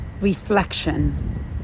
reflection